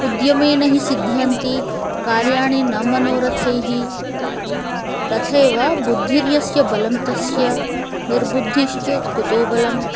उद्यमेन हि सिद्ध्यन्ति कार्याणि न मनोरथैः तथैव बुद्धिर्यस्य बलं तस्य निर्बुद्धिश्चेत् कुतो बलम्